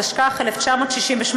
התשכ"ח 1968,